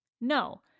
No